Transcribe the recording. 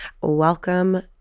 Welcome